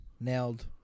Nailed